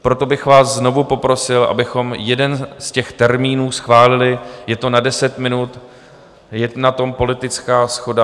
Proto bych vás znovu poprosil, abychom jeden z těch termínů schválili, je to na deset minut, je na tom politická shoda.